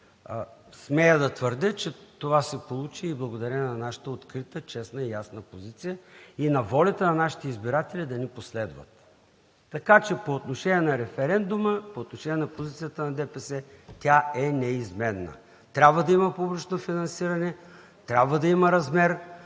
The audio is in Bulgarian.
Смея да твърдя, че това се получи благодарение на нашата открита, честна и ясна позиция и на волята на нашите избиратели да ни последват. По отношение на референдума, по отношение на позицията на ДПС, тя е неизменна. Трябва да има публично финансиране, трябва да има размер,